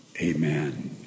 amen